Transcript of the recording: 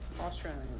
Australian